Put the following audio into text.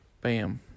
Bam